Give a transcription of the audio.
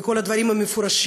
מכל הדברים המפורשים,